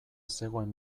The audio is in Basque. zegoen